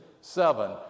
seven